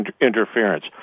interference